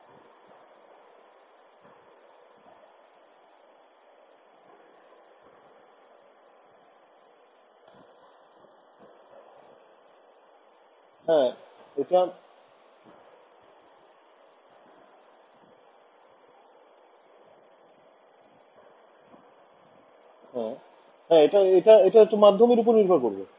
ছাত্র ছাত্রিঃ এটা মাধ্যমের ওপর নির্ভর করবে